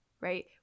right